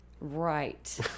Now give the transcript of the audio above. right